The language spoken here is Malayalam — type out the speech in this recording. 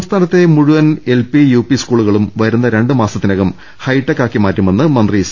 സംസ്ഥാനത്തെ മുഴുവൻ എൽപി യുപി സ്കൂളുകളും വരുന്ന രണ്ടുമാസത്തിനുള്ളിൽ ഹൈടെക് ആക്കി മാറ്റുമെന്ന് മന്ത്രി സി